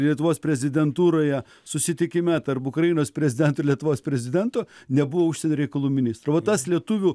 lietuvos prezidentūroje susitikime tarp ukrainos prezidento ir lietuvos prezidento nebuvo užsienio reikalų ministro va tas lietuvių